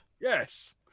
Yes